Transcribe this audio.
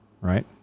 right